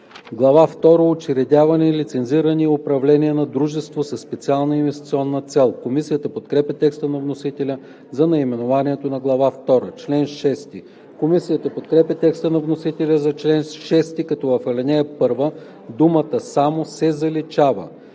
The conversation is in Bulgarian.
втора – Учредяване, лицензиране и управление на дружество със специална инвестиционна цел“. Комисията подкрепя текста на вносителя за наименованието на Глава втора. Комисията подкрепя текста на вносителя за чл. 6, като в ал. 1 думата „само“ се заличава.